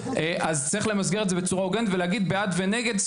אז צריך למסגר את זה בצורה הוגנת ולהגיד בעד ונגד,